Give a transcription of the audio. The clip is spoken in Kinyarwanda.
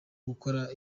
gukora